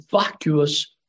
vacuous